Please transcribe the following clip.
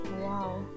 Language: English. Wow